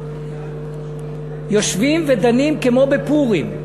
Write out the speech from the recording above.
יושבים ודנים כמו בפורים.